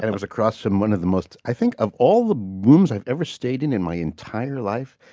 and was across from one of the most, i think of all the rooms i've ever stayed in in my entire life,